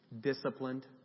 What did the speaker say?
disciplined